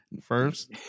first